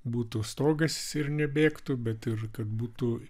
būtų stogas ir nebėgtų bet ir kad būtų